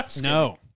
No